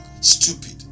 stupid